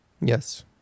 Yes